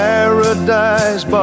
Paradise